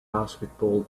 basketball